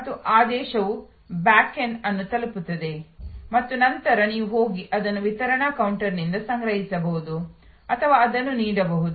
ಮತ್ತು ಆದೇಶವು ಬ್ಯಾಕೆಂಡ್ ಅನ್ನು ತಲುಪುತ್ತದೆ ಮತ್ತು ನಂತರ ನೀವು ಹೋಗಿ ಅದನ್ನು ವಿತರಣಾ ಕೌಂಟರ್ನಿಂದ ಸಂಗ್ರಹಿಸಬಹುದು ಅಥವಾ ಅದನ್ನು ನೀಡಬಹುದು